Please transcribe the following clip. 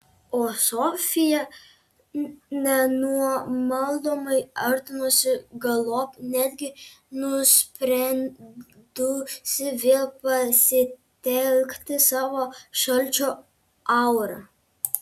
o sofija nenumaldomai artinosi galop netgi nusprendusi vėl pasitelkti savo šalčio aurą